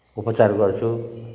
उपचार गर्छु